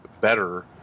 better